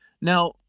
Now